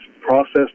processed